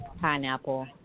pineapple